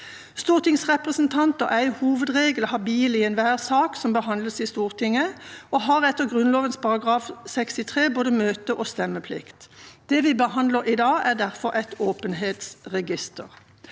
Stortingsrepresentanter er i hovedregel habile i enhver sak som behandles i Stortinget, og har etter Grunnloven § 63 både møte- og stemmeplikt. Det vi behandler i dag, er derfor et åpenhetsregister.